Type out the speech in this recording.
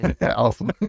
Awesome